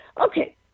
Okay